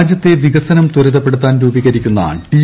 രാജ്യത്തെ വികസനം ത്വരിതപ്പെടുത്താൻ രൂപീകരിക്കുന്ന ഡി